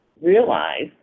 realize